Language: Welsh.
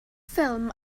ffilm